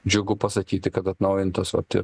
džiugu pasakyti kad atnaujintos vat ir